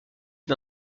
est